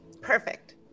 Perfect